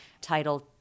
titled